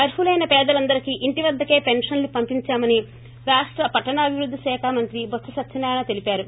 అర్హులైన పేదలందరికి ఇంటి వద్దకే పెన్షన్లు పంపించామని రాష్ట పట్టణాభివృద్ది శాఖ మంత్రి బొత్ప సత్యనారాయణ తెలిపారు